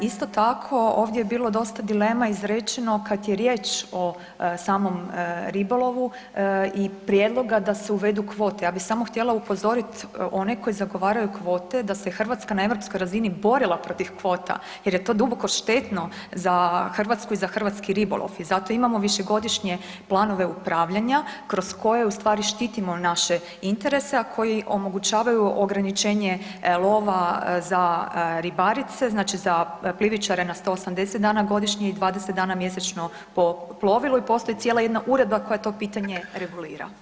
Isto tako, ovdje je bilo dosta dilema izrečeno kad je riječ o samom ribolovu i prijedloga da se uvedu kvote, ja bi samo htjela upozorit one koji zagovaraju kvote da se Hrvatska na europskoj razini borila protiv kvota jer je to duboko štetno za Hrvatsku i hrvatski ribolov i zato imamo višegodišnje planove upravljanja kroz koje ustvari štitimo naše interese a koji omogućavaju ograničenje lova za ribarice, znači za plivičare na 180 dana godišnje i 20 dana mjesečno po plovilu i postoji cijela jedna uredba koja to pitanje regulira.